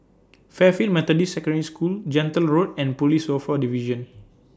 Fairfield Methodist Secondary School Gentle Road and Police Welfare Division